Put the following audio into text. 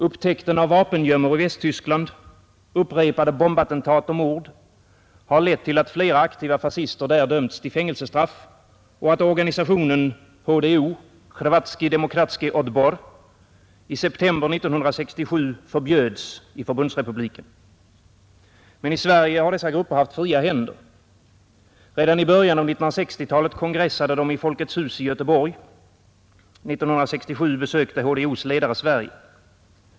Upptäckten av vapengömmor i Västtyskland, upprepade bombattentat och mord har lett till att flera aktiva fascister där dömts till fängelsestraff och att organisationen HDO, Hrvatski Demokratski Odbor, i september 1967 förbjöds i förbundsrepubliken. Men i Sverige har dessa grupper fria händer. Redan i början av 1960-talet kongressade de i Folkets hus i Göteborg. 1967 besökte HDO:s ledare Sverige.